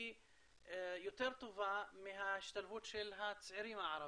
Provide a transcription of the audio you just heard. יותר טובה מההשתלבות של הצעירים הערבים,